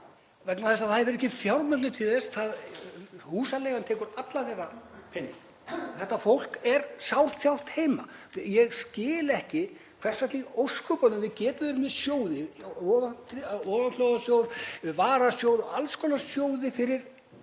vegna þess að það hefur ekki fjármagnið til þess. Húsaleigan tekur allan þeirra pening. Þetta fólk er sárþjáð heima. Ég skil ekki hvers vegna í ósköpunum við getum verið með sjóði; ofanflóðasjóð, varasjóð, alls konar sjóði fyrir